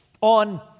on